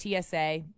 TSA